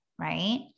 right